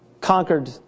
conquered